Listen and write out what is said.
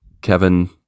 Kevin